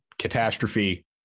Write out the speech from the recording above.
catastrophe